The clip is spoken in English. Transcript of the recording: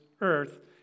earth